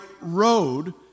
road